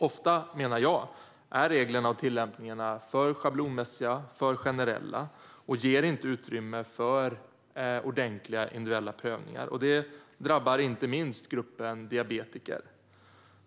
Jag menar att reglerna och tillämpningarna ofta är alltför schablonmässiga och generella och inte ger utrymme för ordentliga individuella prövningar. Det drabbar inte minst gruppen diabetiker.